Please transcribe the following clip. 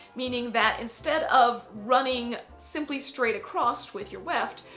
meaning that instead of running simply straight across with your weft,